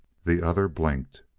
the other blinked.